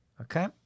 Okay